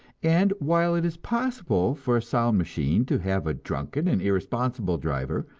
and while it is possible for sound machine to have a drunken and irresponsible driver,